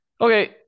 Okay